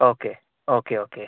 okay okay okay